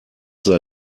sei